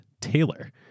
taylor